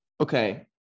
okay